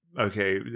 Okay